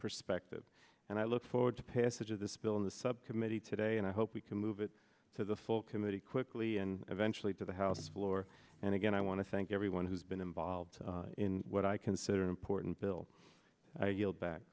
perspective and i look forward to passage of this bill in the subcommittee today and i hope we can move it to the full committee quickly and eventually to the house floor and again i want to thank everyone who's been involved in what i consider important bill i yield back